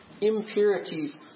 impurities